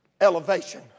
Elevation